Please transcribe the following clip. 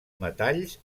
metalls